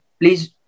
please